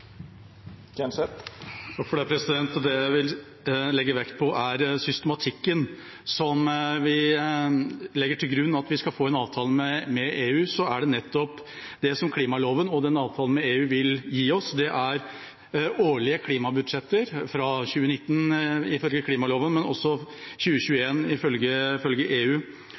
Kjenseth har hatt ordet to gonger tidlegare og får ordet til ein kort merknad, avgrensa til 1 minutt. Det jeg vil legge vekt på, er systematikken som vi legger til grunn – at vi skal få en avtale med EU. Det som nettopp klimaloven og avtalen med EU vil gi oss, er årlige klimabudsjetter – fra 2019, ifølge klimaloven, men også fra 2021, ifølge EU